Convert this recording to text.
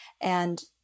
And-